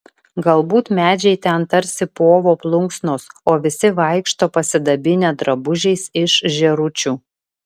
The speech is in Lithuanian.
galbūt medžiai ten tarsi povo plunksnos o visi vaikšto pasidabinę drabužiais iš žėručių